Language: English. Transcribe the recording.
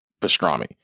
pastrami